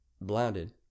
blinded